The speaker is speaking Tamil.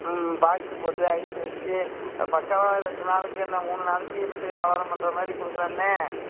ம் பாக்ஸு போட்டு ஐஸு வெச்சு பக்காவாக ரெண்டு நாளைக்கு என்ன மூணு நாளைக்கு இருந்து வியாபாரம் பண்ணுற மாதிரி கொடுக்குறண்ணே